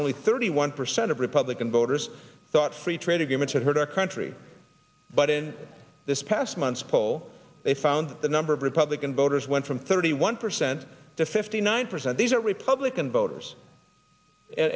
only thirty one percent of republican voters thought free trade agreements would hurt our country but in this past months poll they found the number of republican voters went from thirty one percent to fifty nine percent these are republican voters and